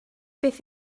beth